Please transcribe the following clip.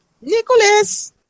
Nicholas